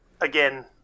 again